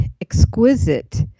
exquisite